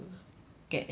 get any